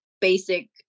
basic